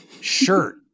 shirt